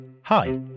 Hi